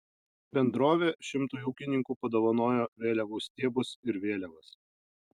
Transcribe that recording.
bendrovė šimtui ūkininkų padovanojo vėliavų stiebus ir vėliavas